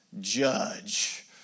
judge